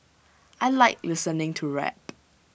I Like listening to rap